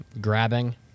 grabbing